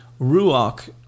Ruach